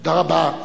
תודה רבה.